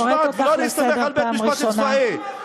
אני קוראת אותך לסדר פעם ראשונה.